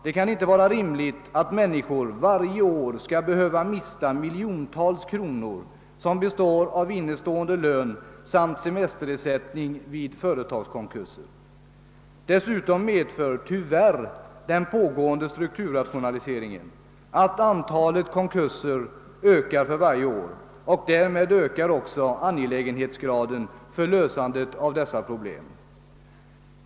Det kan inte vara rimligt att många människor varje år skall behöva mista miljontals kronor i innestående lön samt semesterersättning vid företagskonkurser. Tyvärr medför den pågående strukturrationaliseringen att antalet konkurser ökar för varje år, och därmed ökar också angelägenhetsgraden för lösande av detta problem.